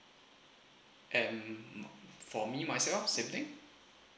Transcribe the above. and for me myself same thing